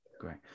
great